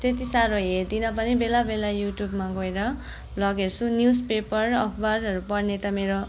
त्यति साह्रो हेर्दिनँ पनि बेला बेला युटुबमा गएर भ्लग हेर्छु न्युजपेपर अखबारहरू पढ्ने त मेरो